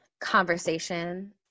conversation